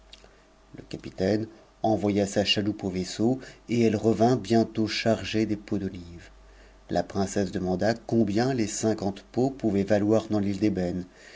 le marché capuaine envoya sa chaloupe au vaisseau et elle revint bientôt ee des pots d'olives la princesse demanda combien les cinquante s pouvaient valoir dans l'île